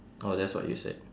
oh that's what you said